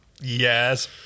Yes